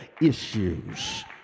issues